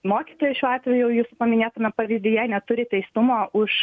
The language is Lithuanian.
mokytojai šiuo atveju jūsų paminėtame pavyzdyje neturi teistumo už